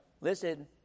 Listen